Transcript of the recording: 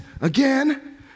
again